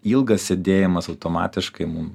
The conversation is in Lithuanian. ilgas sėdėjimas automatiškai mum